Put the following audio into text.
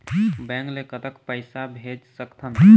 Bank ले कतक पैसा भेज सकथन?